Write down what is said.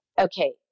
okay